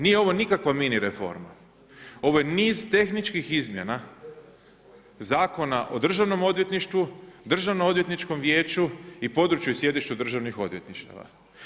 Nije ovo nikakva mini reforma, ovo je niz tehničkih izmjena Zakona o Državnom odvjetništvu, Državno-odvjetničkom vijeću i području i sjedištu Državnih odvjetništava.